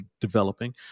developing